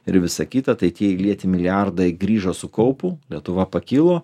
ir visa kita tai tie įlieti milijardai grįžo su kaupu lietuva pakilo